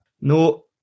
No